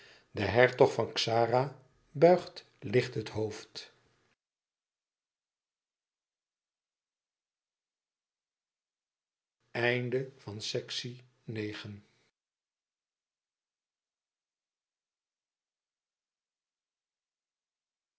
de zijde van haren oom het hoofd